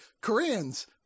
Koreans